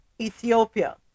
Ethiopia